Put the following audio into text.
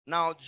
Now